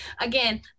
again